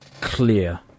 clear